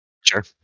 Sure